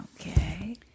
Okay